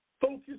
focus